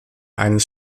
eines